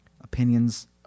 opinions